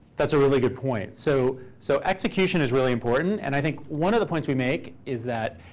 that's a really good point. so so execution is really important. and i think one of the points we make is that